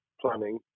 planning